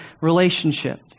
relationship